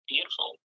beautiful